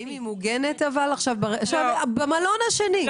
במלון השני,